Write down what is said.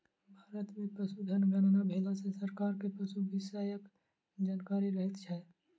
भारत मे पशुधन गणना भेला सॅ सरकार के पशु विषयक जानकारी रहैत छै